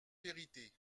vérité